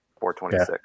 426